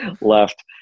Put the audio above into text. left